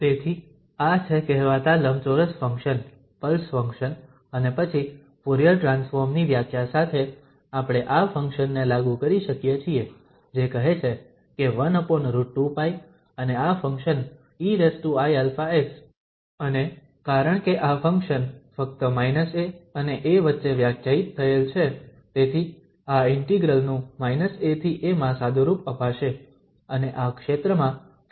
તેથી આ છે કહેવાતા લંબચોરસ ફંક્શન પલ્સ ફંક્શન અને પછી ફુરીયર ટ્રાન્સફોર્મ ની વ્યાખ્યા સાથે આપણે આ ફંક્શન ને લાગુ કરી શકીએ છીએ જે કહે છે કે 1√2π અને આ ફંક્શન eiαx અને કારણ કે આ ફંક્શન ફક્ત −a અને a વચ્ચે વ્યાખ્યાયિત થયેલ છે તેથી આ ઇન્ટિગ્રલ નું −a થી a માં સાદુરૂપ અપાશે અને આ ક્ષેત્રમાં ફંક્શન મૂલ્ય તે 1 છે